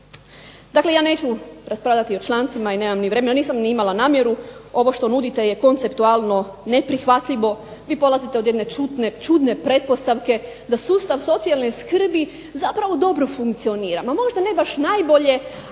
Dakle, ja neću raspravljati o člancima i nemam ni vremena. Nisam ni imala namjeru. Ovo što nudite je konceptualno neprihvatljivo. Vi polazite od jedne čudne pretpostavke da sustav socijalne skrbi zapravo dobro funkcionira. Ma možda ne baš najbolje,